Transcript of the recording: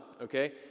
Okay